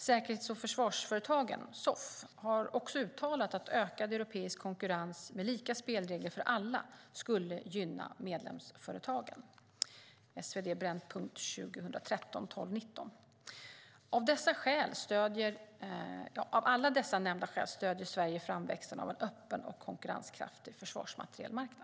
Säkerhets och försvarsföretagen, Soff, har uttalat att ökad europeisk konkurrens med lika spelregler för alla skulle gynna medlemsföretagen, enligt SvD Brännpunkt den 19 december 2013. Av dessa nämnda skäl stöder Sverige framväxten av en öppen och konkurrenskraftig försvarsmaterielmarknad.